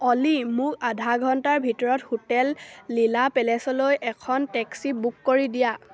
অ'লি মোক আধা ঘন্টাৰ ভিতৰত হোটেল লীলা পেলেচলৈ এখন টেক্সী বুক কৰি দিয়া